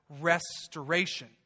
restoration